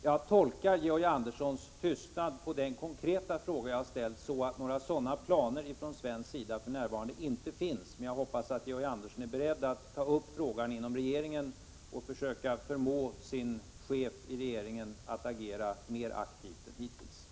Jag tolkar Georg Anderssons tystnad när det gäller den konkreta fråga som jag har ställt så, att några sådana planer för närvarande inte finns från svensk sida. Men jag hoppas att Georg Andersson är beredd att ta upp frågan inom regeringen och försöka förmå sin chef i regeringen att agera mer aktivt än hittills.